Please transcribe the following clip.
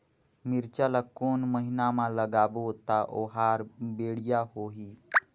मिरचा ला कोन महीना मा लगाबो ता ओहार बेडिया होही?